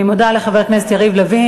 אני מודה לחבר הכנסת יריב לוין.